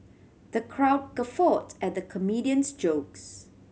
the crowd guffawed at the comedian's jokes